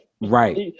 Right